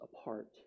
apart